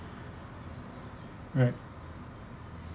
right